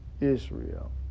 Israel